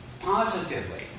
Positively